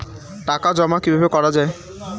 টাকা জমা কিভাবে করা য়ায়?